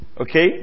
okay